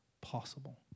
possible